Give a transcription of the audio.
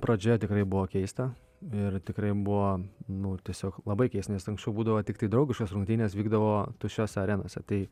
pradžioje tikrai buvo keista ir tikrai buvo nu tiesiog labai keista nes anksčiau būdavo tiktai draugiškos rungtynės vykdavo tuščiose arenose tai